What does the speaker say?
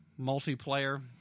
multiplayer